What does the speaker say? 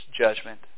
judgment